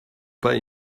pas